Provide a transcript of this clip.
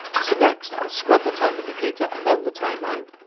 so next, i'll scrub the time indicator along the timeline,